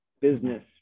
business